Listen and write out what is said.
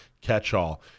catch-all